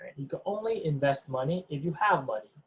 and you can only invest money if you have money,